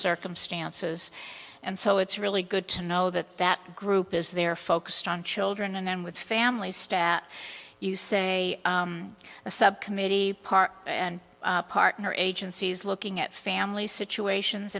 circumstances and so it's really good to know that that group is there focused on children and then with families stat you say a subcommittee par and partner agencies looking at family situations